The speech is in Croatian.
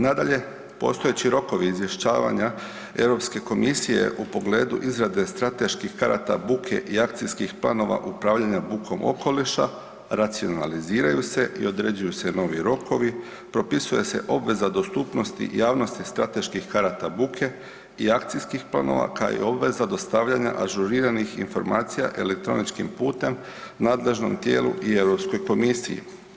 Nadalje, postojeći rokovi izvješćivanja Europske komisije o pogledu izrade strateških karata buke i akcijskih planova upravljanja bukom okoliša, racionaliziraju se i određuju se novi rokovi, propisuje se obveza dostupnosti javnosti strateških karata buke i akcijskih planova kao i obveza dostavljanja ažuriranih informacija elektroničkim putem nadležnom tijelu i Europskoj komisiji.